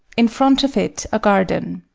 in front of it a garden.